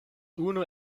unu